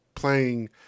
playing